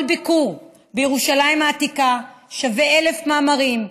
כל ביקור בירושלים העתיקה שווה אלף מאמרים,